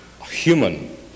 human